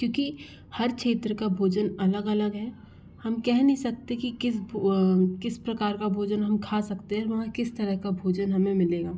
क्योंकि हर क्षेत्र का भोजन अलग अलग है हम कह नहीं सकते कि किस किस प्रकार का भोजन हम खा सकते हैं वहाँ किस तरह का भोजन हमें मिलेगा